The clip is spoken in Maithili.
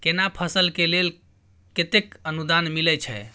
केना फसल के लेल केतेक अनुदान मिलै छै?